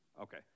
Okay